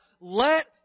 Let